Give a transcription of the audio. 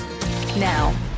now